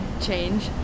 change